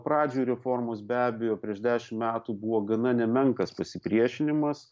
pradžioj reformos be abejo prieš dešim metų buvo gana nemenkas pasipriešinimas